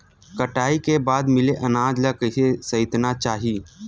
कटाई के बाद मिले अनाज ला कइसे संइतना चाही?